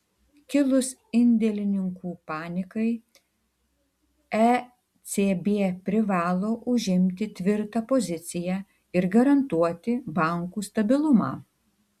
kilus indėlininkų panikai ecb privalo užimti tvirtą poziciją ir garantuoti bankų stabilumą